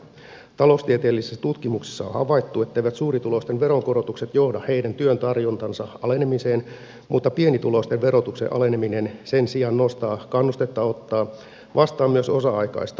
taloustieteellisissä tutkimuksissa on havaittu etteivät suurituloisten veronkorotukset johda heidän työn tarjontansa alenemiseen mutta pienituloisten verotuksen aleneminen sen sijaan nostaa kannustetta ottaa vastaan myös osa aikaista työtä